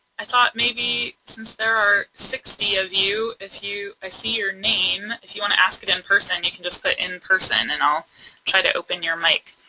i thought maybe since there are sixty of you, if you, i see your name, if you want to ask it in person you can just put in person and i'll try to open your mic.